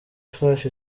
flash